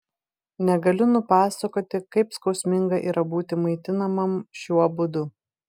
negaliu nupasakoti kaip skausminga yra būti maitinamam šiuo būdu